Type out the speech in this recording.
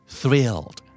thrilled